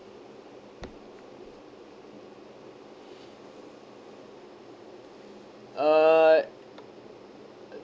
uh